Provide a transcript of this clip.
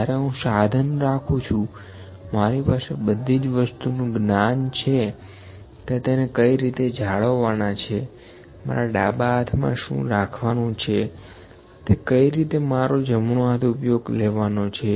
જયારે હું સાધન રાખું છુંમારી પાસે બધી જ વસ્તુનું જ્ઞાન છે કે તેને કઈ રીતે જાળવવા ના છેમારા ડાબા હાથમાં શું રાખવાનું છે તે કઈ રીતે મારો જમણો હાથ ઉપયોગમાં લેવાનો છે